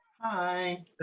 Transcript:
hi